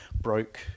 broke